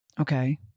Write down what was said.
Okay